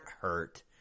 hurt